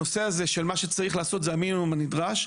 הנושא של מה שצריך לעשות זה המינימום הנדרש.